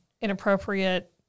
inappropriate